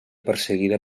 perseguida